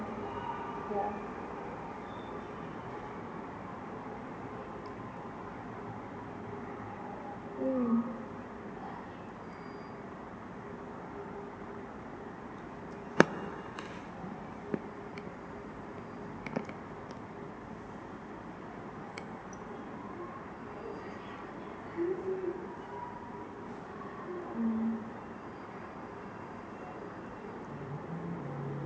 yeah mm mm